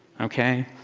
ok.